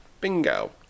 bingo